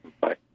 Bye